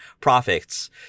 profits